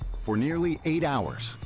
for nearly eight hours,